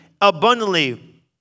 abundantly